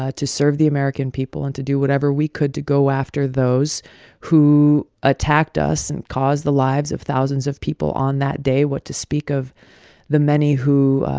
ah to serve the american people and to do whatever we could to go after those who attacked us and caused the lives of thousands of people on that day what to speak of the many who